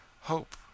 hope